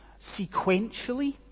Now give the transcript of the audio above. sequentially